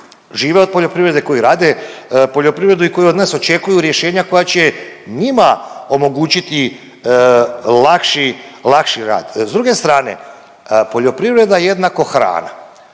žive od poljoprivrede koji rade poljoprivredu i koji od nas očekuju rješenja koja će njima omogućiti lakši rad. S druge strane poljoprivreda je jednako hrana,